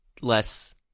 less